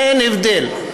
אין הבדל.